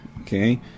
Okay